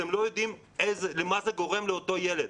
אתם לא יודעים מה זה גורם לאותו ילד.